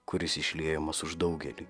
kuris išliejamas už daugelį